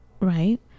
right